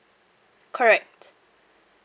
correct